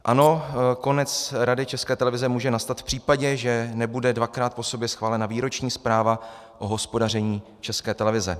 Ano, konec Rady České televize může nastat v případě, že nebude dvakrát po sobě schválena výroční zpráva o hospodaření České televize.